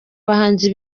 bahanzi